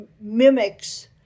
mimics